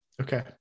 okay